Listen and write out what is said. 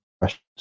questions